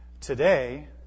Today